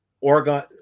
oregon